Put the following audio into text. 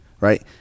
right